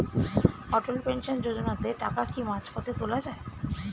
অটল pension যোজনাতে টাকা কি মাঝপথে তোলা যায়?